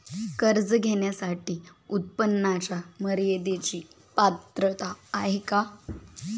कर्ज घेण्यासाठी उत्पन्नाच्या मर्यदेची पात्रता आहे का?